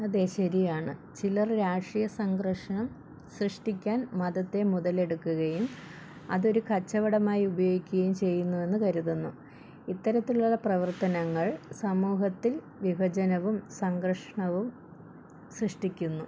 അതെ ശരിയാണ് ചിലർ രാഷ്ട്രീയ സംഘർഷണം സൃഷ്ടിക്കാൻ മതത്തെ മുതലെടുക്കുകയും അതൊരു കച്ചവടമായി ഉപയോഗിക്കുകയും ചെയ്യുന്നുവെന്നു കരുതുന്നു ഇത്തരത്തിലുള്ള പ്രവർത്തനങ്ങൾ സമൂഹത്തിൽ വിഭജനവും സംഘർഷണവും സൃഷ്ടിക്കുന്നു